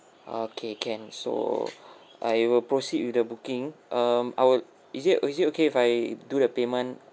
okay can so I will proceed with the booking um I would is it is it okay if I do the payment